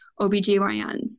OBGYNs